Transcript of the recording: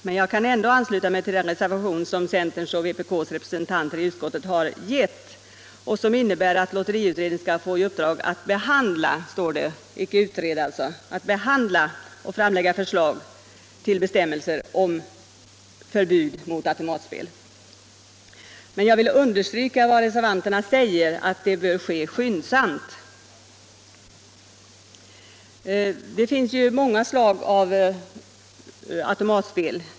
Men jag kan ändå ansluta mig till reservationen av centern-fp och vpk som ger lotteriutredningen i uppdrag att behandla —- icke utreda — frågan och framlägga förslag till bestämmelser om förbud mot automatspel. Jag vill understryka att det bör ske skyndsamt. Det finns många slag av automatspel.